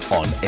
on